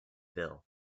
bill